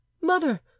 Mother